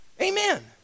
Amen